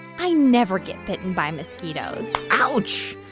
i never get bitten by mosquitoes ouch.